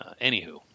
anywho